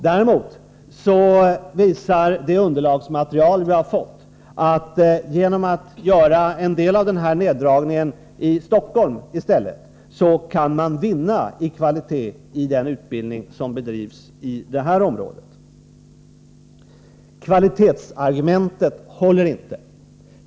Däremot visar det underlagsmaterial vi har fått att man genom att göra en del av neddragningen i Stockholm i stället kan vinna i kvalitet inom den utbildning som bedrivs i detta område. Kvalitetsargumentet håller inte.